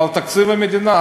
אבל בתקציב המדינה,